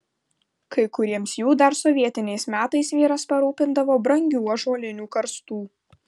kai kuriems jų dar sovietiniais metais vyras parūpindavo brangių ąžuolinių karstų